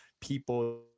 people